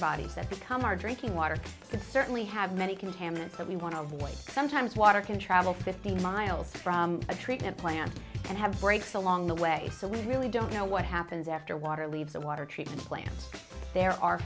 bodies that become our drinking water could certainly have many contaminants that we want to avoid sometimes water can travel fifty miles from a treatment plant and have breaks along the way so we really don't know what happens after water leaves the water treatment plants there are